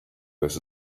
this